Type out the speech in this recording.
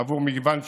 בעבור מגוון שימושים: